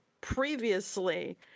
previously